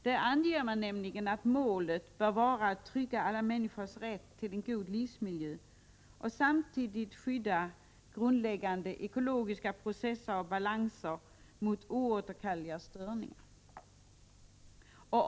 Där anges att målet bör vara att trygga alla människors rätt till god livsmiljö och samtidigt skydda grundläggande ekologiska processer och balanser mot oåterkalleliga störningar.